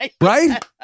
right